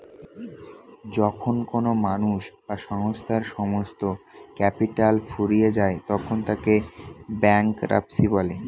যখন কোনো মানুষ বা সংস্থার সমস্ত ক্যাপিটাল ফুরিয়ে যায় তখন তাকে ব্যাঙ্করাপ্সি বলে